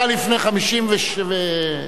זה היה לפני 54 שנים.